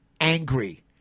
angry